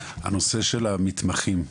הנושא של המתמחים,